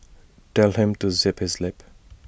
tell him to zip his lip